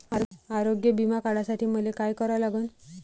आरोग्य बिमा काढासाठी मले काय करा लागन?